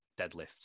deadlifts